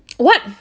what